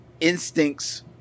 instincts